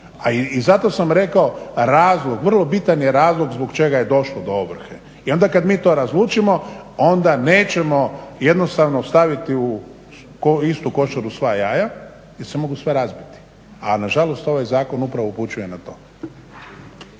i zato sam rekao razlog, vrlo je bitan razlog zbog čega je došlo do ovrhe. I onda kad mi to razlučimo onda nećemo jednostavno staviti u istu košaru sva jaja jer se mogu sva razbiti a na žalost ovaj zakon upravo upućuje na to.